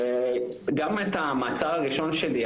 וגם את המעצר הראשון שלי,